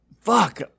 Fuck